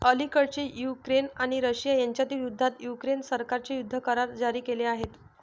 अलिकडेच युक्रेन आणि रशिया यांच्यातील युद्धात युक्रेन सरकारने युद्ध करार जारी केले आहेत